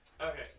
Okay